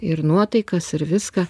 ir nuotaikas ir viską